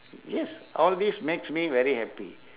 yes all these makes me very happy